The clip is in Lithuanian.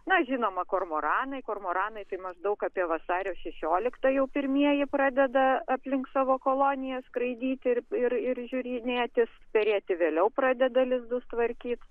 na žinoma kormoranai kormoranai tai maždaug apie vasario šešioliktą jau pirmieji pradeda aplink savo koloniją skraidyti ir ir ir žiūrinėtis perėti vėliau pradeda lizdus tvarkyt